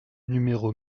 numéro